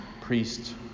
priest